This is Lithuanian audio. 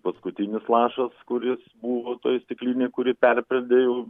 paskutinis lašas kuris buvo toje stiklinėje kuri perpildė jau